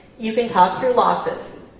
you can talk through losses.